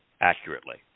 accurately